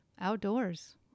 outdoors